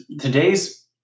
today's